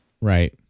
Right